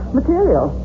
material